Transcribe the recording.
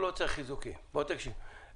שגם